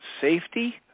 safety